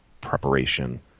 preparation